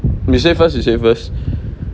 you say first you say first